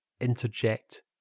interject